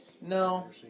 No